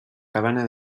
cabana